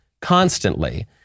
constantly